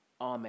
amen